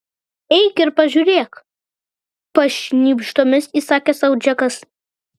eik ir pažiūrėk pašnibždomis įsakė sau džekas